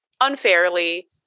unfairly